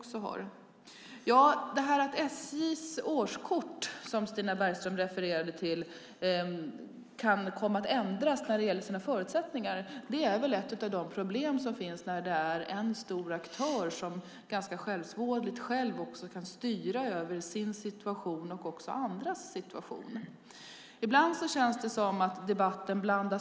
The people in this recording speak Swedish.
Att villkoren för SJ:s årskort, som Stina Bergström refererade till, kan komma att ändras är ett av de problem som finns när det är en stor aktör som ganska självsvåldigt kan styra över sin och andras situation. Ibland känns debatten ganska sammanblandad.